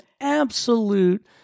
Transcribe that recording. absolute